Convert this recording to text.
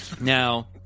Now